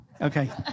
okay